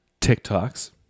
TikToks